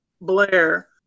Blair